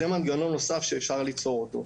זה מנגנון נוסף שאפשר ליצור אותו.